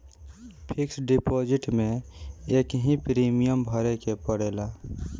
fix deposit में एकही premium भरे के पड़ेला